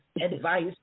advice